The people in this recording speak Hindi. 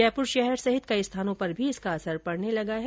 जयपूर शहर सहित कई स्थानों पर भी इसका असर पड़ने लगा है